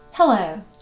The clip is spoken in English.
Hello